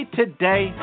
today